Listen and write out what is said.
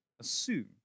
assume